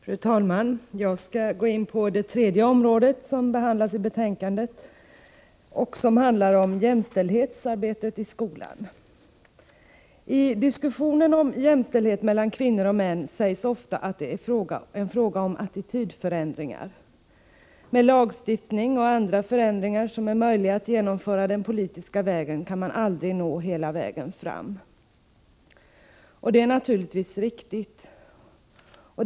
Fru talman! Jag skall gå in på det tredje område som behandlas i betänkandet. Det handlar om jämställdhetsarbetet i skolan. I diskussionen om jämställdhet mellan kvinnor och män sägs ofta att detta är en fråga om attitydförändringar. Med lagstiftning och andra förändringar som är möjliga att genomföra den politiska vägen kan man aldrig nå hela vägen fram. Det är naturligtvis riktigt.